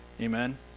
Amen